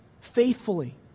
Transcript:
faithfully